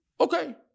Okay